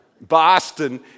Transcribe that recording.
Boston